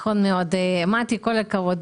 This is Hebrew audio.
הכבוד.